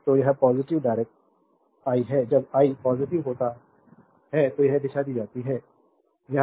तो यह positive direct I है जब आई पॉजिटिव होता हूं तो यह दिशा दी जाती है